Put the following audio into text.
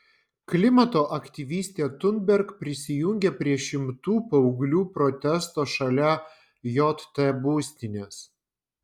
klimato aktyvistė thunberg prisijungė prie šimtų paauglių protesto šalia jt būstinės